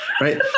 Right